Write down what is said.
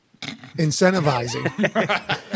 incentivizing